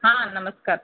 हां नमस्कार